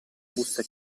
busta